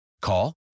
Call